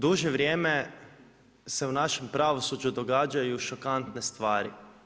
Duže vrijeme se u našem pravosuđu događaju šokantne stvari.